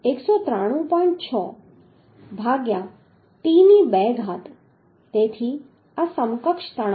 6 ભાગ્યા t ની 2 ઘાત તેથી આ સમકક્ષ તણાવ હશે